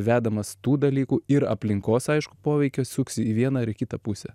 vedamas tų dalykų ir aplinkos aišku poveikio suksi į vieną ar į kitą pusę